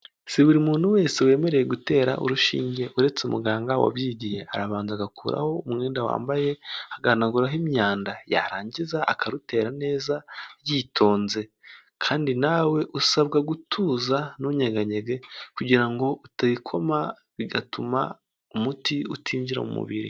Si buri muntu wese wemerewe gutera urushinge uretse umuganga wabyigiye, arabanza agakuraho umwenda wambaye, agahanaguraho imyanda, yarangiza akarutera neza yitonze kandi nawe usabwa gutuza ntunyeganyega kugira ngo utikoma bigatuma umuti utinjira mu mubiri.